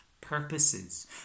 purposes